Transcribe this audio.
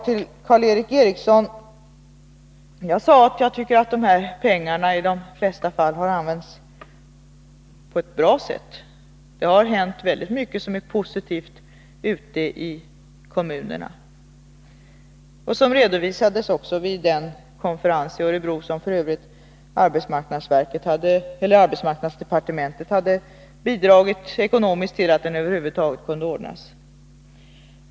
Till Karl Erik Eriksson: Jag sade att jag tycker att dessa pengar i de flesta fall har använts på ett bra sätt. Det har hänt väldigt mycket som är positivt ute i kommunerna. Detta redovisades också vid konferensen i Örebro; arbetsmarknadsdepartementet hade f. ö. bidragit ekonomiskt till att konferensen över huvud taget kunde anordnas.